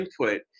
input